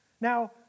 Now